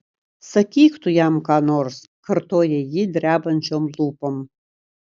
sakyk tu jam ką nors kartoja ji drebančiom lūpom